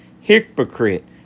Hypocrite